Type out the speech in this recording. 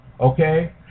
okay